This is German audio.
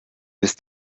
bis